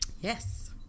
Yes